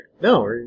No